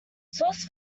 sauce